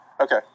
Okay